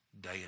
day